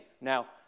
Now